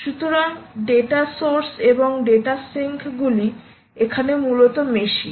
সুতরাং data source এবং data সিঙ্কগুলি এখানে মূলত মেশিন